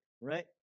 right